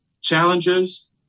challenges